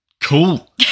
cool